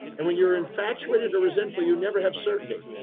and when you're infatuated or resentful, you never have certainty.